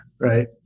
right